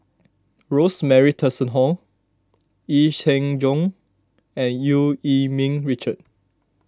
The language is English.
Rosemary Tessensohn Yee Jenn Jong and Eu Yee Ming Richard